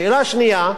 שאלה שנייה: